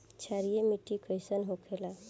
क्षारीय मिट्टी कइसन होखेला?